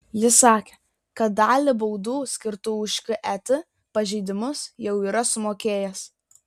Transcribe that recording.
jis sakė kad dalį baudų skirtų už ket pažeidimus jau yra sumokėjęs